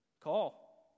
Call